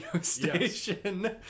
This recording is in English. station